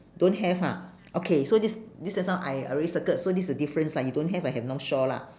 don't have ha okay so this this just now I I already circled so this the difference lah you don't have I have north shore lah